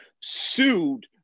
sued